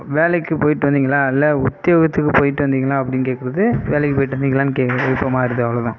வேலைக்கு போயிட்டு வந்தீங்களா இல்லை உத்தியோகத்துக்கு போயிட்டு வந்தீங்களா அப்படின் கேட்கறது வேலைக்கு போயிட்டு வந்தீங்களானு கேட்கற இப்போ மாறுது அவ்வளோ தான்